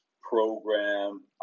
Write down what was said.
program